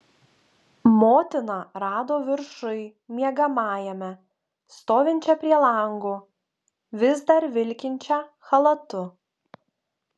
motiną rado viršuj miegamajame stovinčią prie lango vis dar vilkinčią chalatu